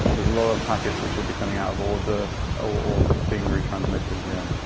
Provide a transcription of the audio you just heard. there's a lot of packets which are becoming out of order or being re-transmitted. yeah,